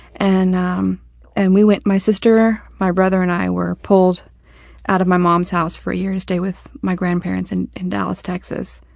and, um and we went my sister, my brother and i were pulled out of my mom's house for a year to stay with my grandparents i-in and and dallas, texas.